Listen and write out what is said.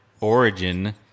origin